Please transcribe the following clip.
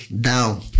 down